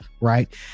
Right